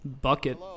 bucket